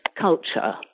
culture